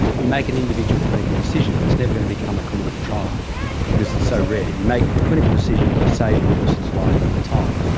you make an individual clinical decision, but it's never going to become a clinical trial because it's so rare. you make the clinical decision to save the person's life at the time.